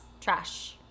trash